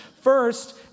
First